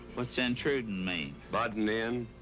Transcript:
what's intruding mean? butting in.